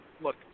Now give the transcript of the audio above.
look